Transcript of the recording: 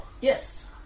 Yes